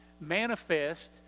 manifest